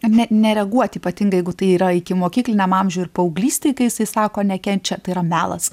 ne nereaguot ypatingai jeigu tai yra ikimokykliniam amžiuj ir paauglystėj kai jisai sako nekenčia tai yra melas